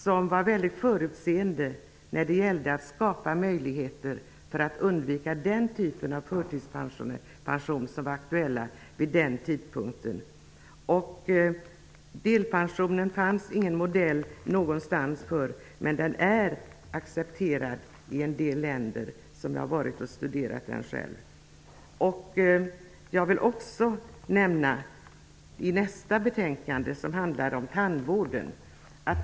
Han var förutseende när det gäller att skapa möjligheter att undvika den typen av förtidspensioner som var aktuella vid den tidpunkten. Det fanns ingen modell för deltidspensionen. Men den är accepterad i en del länder. Jag har själv studerat den frågan. Nästa betänkande som skall debatteras handlar om tandvården.